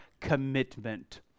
commitment